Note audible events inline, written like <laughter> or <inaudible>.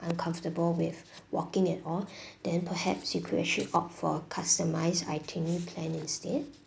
uncomfortable with walking at all <breath> then perhaps you could actually opt for customised itinerary plan instead